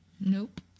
Nope